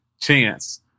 chance